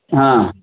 हं